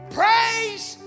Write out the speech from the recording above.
praise